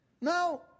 Now